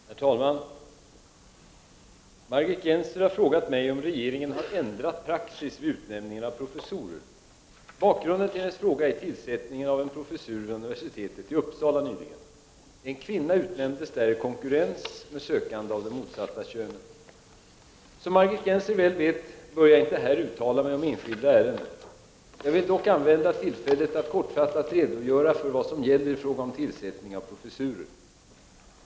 Herr talman! Margit Gennser har frågat mig om regeringen har ändrat praxis vid utnämningen av professorer. Bakgrunden till hennes fråga är tillsättningen av en professur vid universitetet i Uppsala nyligen. En kvinna utnämndes där i konkurrens med sökande av det motsatta könet. Som Margit Gennser väl vet bör jag inte här uttala mig om enskilda ärenden. Jag vill dock begagna tillfället att kortfattat redogöra för vad som gäller i fråga om tillsättning av professurer.